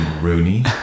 Rooney